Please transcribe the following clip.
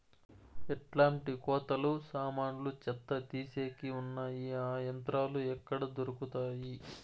ఎట్లాంటి కోతలు సామాన్లు చెత్త తీసేకి వున్నాయి? ఆ యంత్రాలు ఎక్కడ దొరుకుతాయి?